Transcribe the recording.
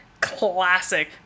classic